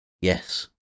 Yes